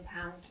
pound